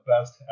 best